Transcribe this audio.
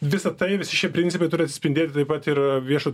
visa tai visi šie principai turi atsispindėti taip pat ir viešo